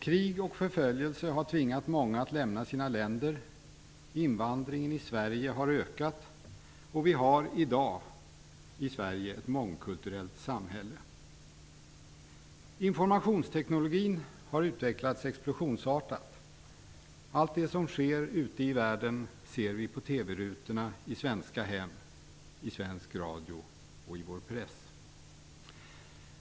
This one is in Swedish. Krig och katastrofer har tvingat många att lämna sina länder. Invandringen till Sverige har ökat, och vi har i dag ett mångkulturellt samhälle. Informationsteknologin har utvecklats explosionsartat. Allt det som sker ute i världen ser vi på TV-rutorna i svenska hem, i svensk radio och i vår press.